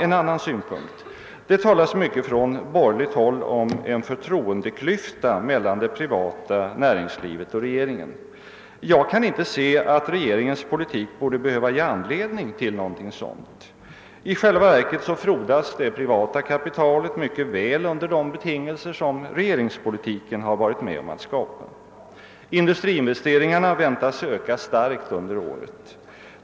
En annan synpunkt, som man talar mycket om på borgerligt håll, är att det föreligger en förtroendeklyfta mellan det privata näringslivet och regeringen. Jag kan inte inse att regeringens politik skulle ge anledning till någon sådan klyfta. I själva verket frodas det privata kapitalet mycket väl under de betingelser som regeringspolitiken bidragit till att skapa. Industriinvesteringarna väntas öka starkt under året.